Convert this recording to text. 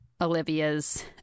Olivia's